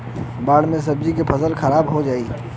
बाढ़ से सब्जी क फसल खराब हो जाई